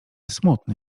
smutny